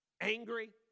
angry